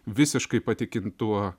visiškai patikint tuo